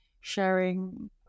sharing